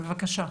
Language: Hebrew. בבקשה.